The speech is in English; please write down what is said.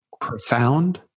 profound